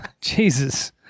jesus